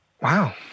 Wow